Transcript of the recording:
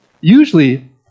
Usually